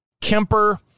Kemper